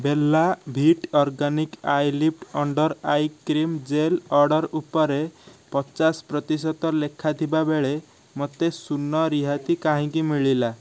Bella Vita organic eyelift under eye cream gel order ଉପରେ ପଚାଶ ପ୍ରତିଶତ ଲେଖା ଥିବାବେଳେ ମୋତେ ଶୂନ ରିହାତି କାହିଁକି ମିଳିଲା